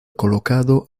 colocado